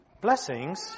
blessings